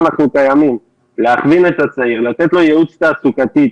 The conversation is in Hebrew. אנחנו קיימים על מנת להכווין את הצעיר ולתת לו ייעוץ תעסוקתי.